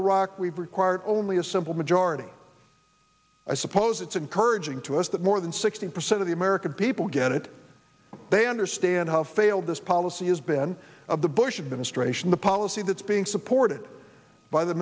iraq we've required only a simple majority i suppose it's encouraging to us that more than sixty percent of the american people get it they understand how failed this policy has been of the bush administration the policy that's being supported by the